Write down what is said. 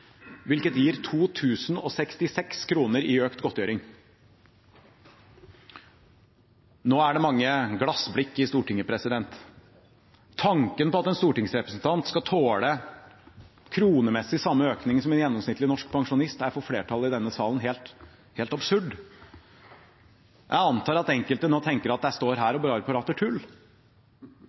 hvilket gir 2 066 kr i økt godtgjøring. Nå er det mange glassblikk i Stortinget. Tanken på at en stortingsrepresentant skal tåle kronemessig samme økning som en gjennomsnittlig norsk pensjonist, er for flertallet i denne salen helt absurd. Jeg antar at enkelte nå tenker at jeg står her og bare prater